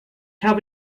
habe